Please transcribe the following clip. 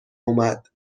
اومد